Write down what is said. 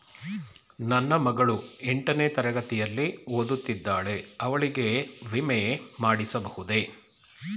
ನನ್ನ ಮಗಳು ಎಂಟನೇ ತರಗತಿಯಲ್ಲಿ ಓದುತ್ತಿದ್ದಾಳೆ ಅವಳಿಗೆ ವಿಮೆ ಮಾಡಿಸಬಹುದೇ?